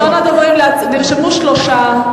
נרשמו שלושה,